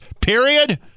period